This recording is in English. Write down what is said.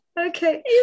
Okay